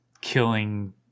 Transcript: killing